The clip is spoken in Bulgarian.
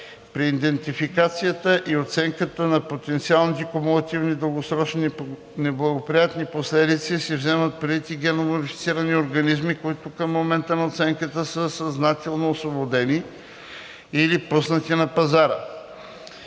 При идентификацията и оценката на потенциалните кумулативни дългосрочни неблагоприятни последици се вземат предвид и ГМО, които към момента на оценката са съзнателно освободени или пуснати на пазара.